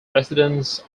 residents